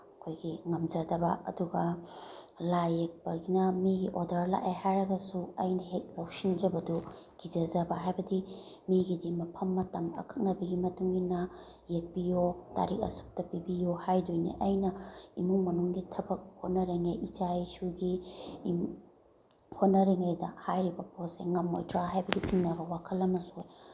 ꯑꯩꯈꯣꯏꯒꯤ ꯉꯝꯖꯗꯕ ꯑꯗꯨꯒ ꯂꯥꯏ ꯌꯦꯛꯄꯒꯤꯅ ꯃꯤꯒꯤ ꯑꯣꯔꯗꯔ ꯂꯥꯛꯑꯦ ꯍꯥꯏꯔꯒꯁꯨ ꯑꯩꯅ ꯍꯦꯛ ꯂꯧꯁꯤꯟꯖꯕꯗꯨ ꯀꯤꯖꯖꯕ ꯍꯥꯏꯕꯗꯤ ꯃꯤꯒꯤꯗꯤ ꯃꯐꯝ ꯃꯇꯝ ꯑꯀꯛꯅꯕꯒꯤ ꯃꯇꯨꯡꯏꯟꯅ ꯌꯦꯛꯄꯤꯌꯣ ꯇꯥꯔꯤꯛ ꯑꯁꯨꯛꯇ ꯄꯤꯕꯤꯌꯣ ꯍꯥꯏꯗꯣꯏꯅꯤ ꯑꯩꯅ ꯏꯃꯨꯡ ꯃꯅꯨꯡꯒꯤ ꯊꯕꯛ ꯍꯣꯠꯅꯔꯤꯉꯩ ꯏꯆꯥ ꯏꯁꯨꯒꯤ ꯍꯣꯠꯅꯔꯤꯉꯩꯗ ꯍꯥꯏꯔꯤꯕ ꯄꯣꯠꯁꯦ ꯉꯝꯃꯣꯏꯗ꯭ꯔꯥ ꯍꯥꯏꯕꯒꯤ ꯆꯤꯡꯅꯕ ꯋꯥꯈꯜ ꯑꯃꯁꯨ